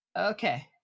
Okay